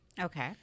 okay